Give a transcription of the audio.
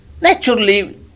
Naturally